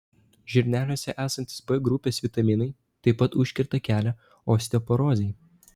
žirneliuose esantys b grupės vitaminai taip pat užkerta kelią osteoporozei